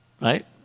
right